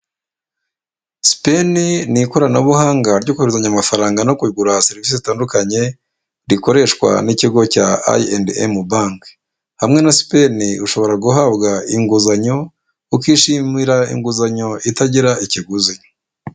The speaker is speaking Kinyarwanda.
Sipeni ni ikoranabuhanga ryo kohererezanya amafaranga no kugura serivisi zitandukanye, rikoreshwa n'ikigo cya ayi endi emu banki. Hamwe na sipeni ushobora guhabwa inguzanyo ukishimira inguzanyo itagira ikiguzi.